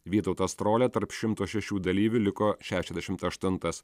vytautas strolia tarp šimtas šešių dalyvių liko šešiasdešimt aštuntas